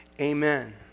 Amen